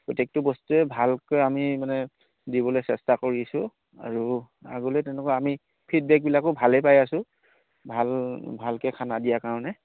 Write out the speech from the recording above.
প্ৰত্যেকটো বস্তুৱে ভালকৈ আমি মানে দিবলৈ চেষ্টা কৰিছোঁ আৰু আগলৈ তেনেকুৱা আমি ফিডবেকবিলাকো ভালেই পাই আছোঁ ভাল ভালকৈ খানা দিয়াৰ কাৰণে